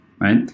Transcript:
right